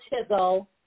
chisel